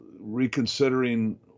reconsidering